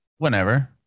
Whenever